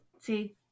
see